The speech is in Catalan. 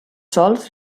sols